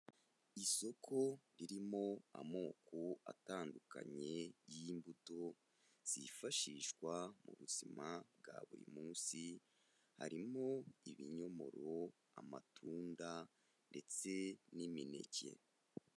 Isoko ririmo amoko atandukanye y'imbuto, zifashishwa mu buzima bwa buri munsi, harimo ibinyomoro, amatunda ndetse n'imineke.